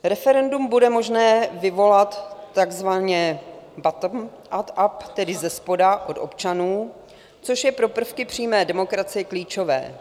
Referendum bude možné vyvolat takzvaně bottomup, tedy zespoda od občanů, což je pro prvky přímé demokracie klíčové.